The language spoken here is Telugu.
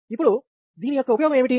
ఇప్పుడు దీని యొక్క ఉపయోగం ఏమిటి